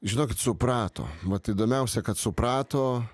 žinokit suprato vat įdomiausia kad suprato